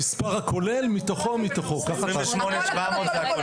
המספר הכולל ומתוכו כמה מאוקראינה.